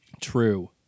True